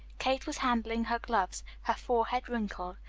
kate was handling her gloves, her forehead wrinkled,